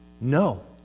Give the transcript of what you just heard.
no